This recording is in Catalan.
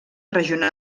regional